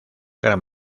gran